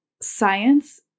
science